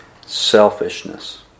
Selfishness